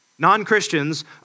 Non-Christians